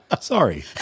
sorry